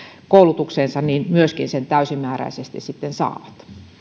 koulutukseensa myöskin sen täysimääräisesti sitten saavat